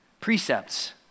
Precepts